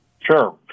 Sure